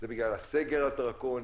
זה בגלל הסגר הדרקוני,